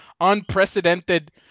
unprecedented